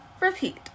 repeat